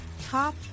Top